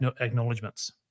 acknowledgements